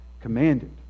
commanded